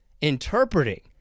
interpreting